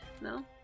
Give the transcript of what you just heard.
No